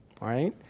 Right